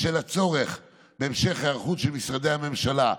בשל הצורך בהמשך היערכות של משרדי הממשלה,